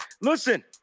Listen